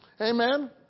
Amen